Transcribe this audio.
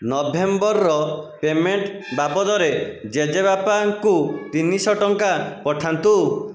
November ର payment ବାବଦରେ ଜେଜେ ବାପାଙ୍କୁ ତିନିଶହ ଟଙ୍କା ପଠାନ୍ତୁ